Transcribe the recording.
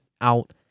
out